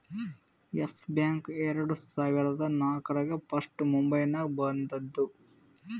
S Bank ಎರಡು ಸಾವಿರದಾ ನಾಕ್ರಾಗ್ ಫಸ್ಟ್ ಮುಂಬೈನಾಗ ಬಂದೂದ